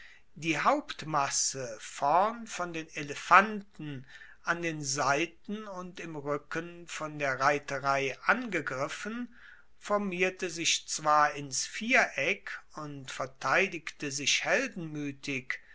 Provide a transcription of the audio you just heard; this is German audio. die hauptmasse vorn von den elefanten an den seiten und im ruecken von der reiterei angegriffen formierte sich zwar ins viereck und verteidigte sich